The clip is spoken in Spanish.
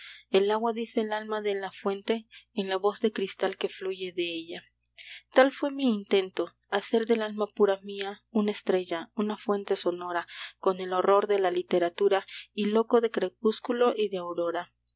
el agua dice el alma de la fuente en la voz de cristal que fluye d'ella tal fué mi intento hacer del alma pura mía una estrella una fuente sonora con el horror de la literatura y loco de crepúsculo y de aurora